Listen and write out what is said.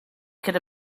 could